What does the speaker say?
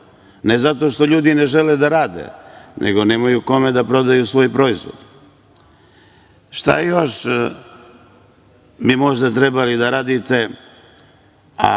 ne zato što ljudi ne žele da rade, nego nemaju kome da prodaju svoj proizvod. Šta bi još možda trebalo da radite, a